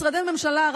משרדי הממשלה,